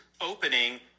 opening